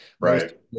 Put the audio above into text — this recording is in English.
Right